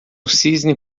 cisne